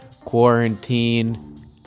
quarantine